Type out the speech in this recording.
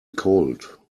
cold